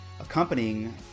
accompanying